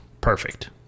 perfect